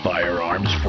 Firearms